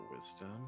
wisdom